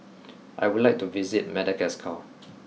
I would like to visit Madagascar